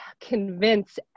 convince